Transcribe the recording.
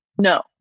No